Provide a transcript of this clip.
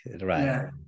right